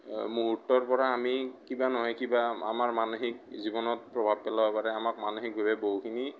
মুহূৰ্তৰ পৰা আমি কিবা নহয় কিবা আমাৰ মানসিক জীৱনত প্ৰভাৱ পেলাব পাৰে আমাক মানসিকভাৱে বহুখিনি